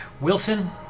Wilson